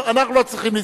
אנחנו לא צריכים,